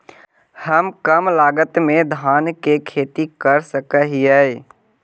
हम कम लागत में धान के खेती कर सकहिय?